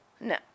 no